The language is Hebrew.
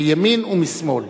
מימין ומשמאל.